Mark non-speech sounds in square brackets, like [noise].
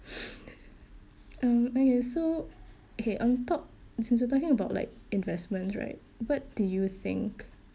[noise] um okay so okay on top since we're talking about like investment right what do you think